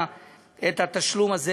את התשלום הזה.